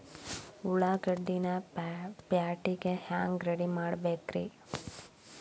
ಉಳ್ಳಾಗಡ್ಡಿನ ಪ್ಯಾಟಿಗೆ ಹ್ಯಾಂಗ ರೆಡಿಮಾಡಬೇಕ್ರೇ?